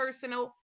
personal